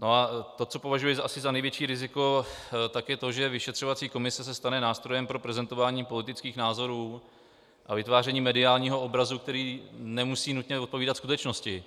A to, co považuji asi za největší riziko, je to, že vyšetřovací komise se stane nástrojem pro prezentování politických názorů a vytváření mediálního obrazu, který nemusí nutně odpovídat skutečnosti.